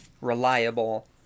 reliable